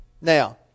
Now